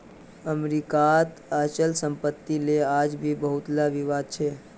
अमरीकात अचल सम्पत्तिक ले आज भी बहुतला विवाद छ